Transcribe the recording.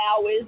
hours